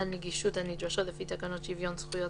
הנגישות הנדרשות לפי תקנות שוויון זכויות